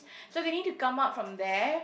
so they need to come out from there